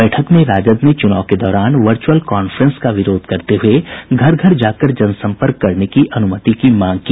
बैठक में राजद ने चूनाव के दौरान वर्चअल कांफ्रेंस का विरोध करते हये घर घर जाकर जनसम्पर्क करने की अनुमति की मांग की